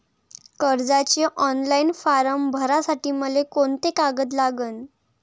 कर्जाचे online form भरासाठी मले कोंते कागद लागन?